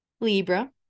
Libra